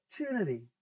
opportunity